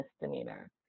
misdemeanor